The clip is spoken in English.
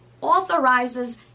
authorizes